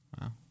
Wow